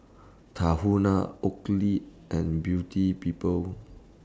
Tahuna Oakley and Beauty People